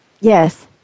Yes